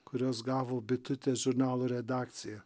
kuriuos gavo bitutės žurnalo redakcija